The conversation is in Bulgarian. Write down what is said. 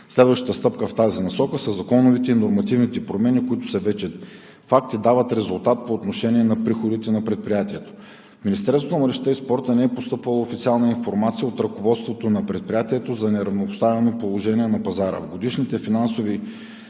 Следващата стъпка в тази насока са законовите и нормативните промени, които са вече факт и дават резултат по отношение на приходите на предприятието. В Министерството на младежта и спорта не е постъпвала официална информация от ръководството на предприятието за неравнопоставено положение на пазара.